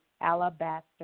Alabaster